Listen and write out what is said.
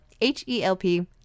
H-E-L-P